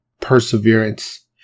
perseverance